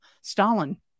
Stalin